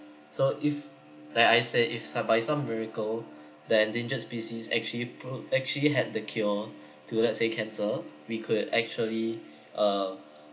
so if like I said if some by some miracle the endangered species actually prod~ actually had the cure to let's say cancer we could actually uh